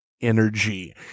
energy